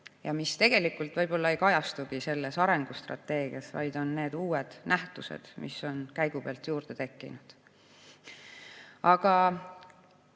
ja mis tegelikult ei kajastugi selles arengustrateegias, vaid on uued nähtused, mis on käigu pealt juurde tekkinud. Nii